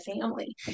family